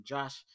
Josh